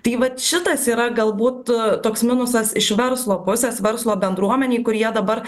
tai vat šitas yra galbūt toks minusas iš verslo pusės verslo bendruomenei kurie dabar